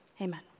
Amen